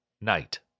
Night